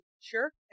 sure